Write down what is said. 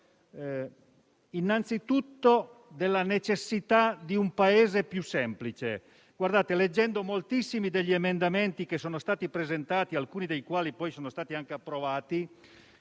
consapevolezza della necessità di un Paese più semplice. Leggendo moltissimi degli emendamenti presentati, alcuni dei quali poi sono stati anche approvati,